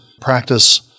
practice